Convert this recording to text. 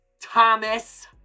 Thomas